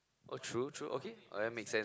oh true true okay oh that make sense